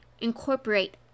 incorporate